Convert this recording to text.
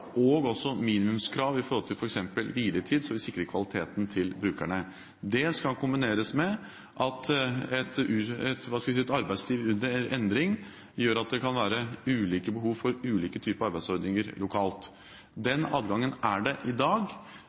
og minimumskrav til f.eks. hviletid, slik at vi sikrer kvaliteten til brukerne. Det skal kombineres med at – hva skal jeg si – et arbeidsliv under endring gjør at det kan være ulike behov for ulike typer arbeidsordninger lokalt. Den adgangen er der i dag.